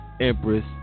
Empress